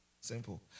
simple